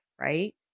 right